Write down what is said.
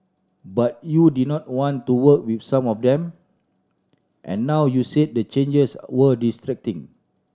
but you did not want to work with some of them and now you've said the changes were distracting